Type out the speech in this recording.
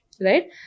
Right